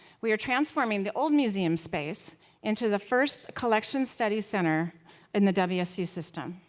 we are transforming the old museum space into the first collection study center in the wsu system.